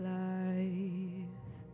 life